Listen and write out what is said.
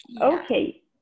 Okay